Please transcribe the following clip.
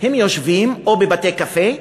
הם יושבים בבתי-קפה,